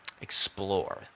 Explore